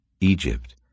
egypt